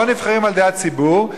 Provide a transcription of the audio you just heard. לא נבחרים על-ידי הציבור,